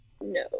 No